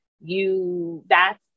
you—that's